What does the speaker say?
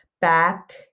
back